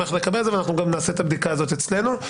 ואנחנו גם נעשה את הבדיקה הזאת אצלנו.